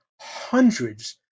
hundreds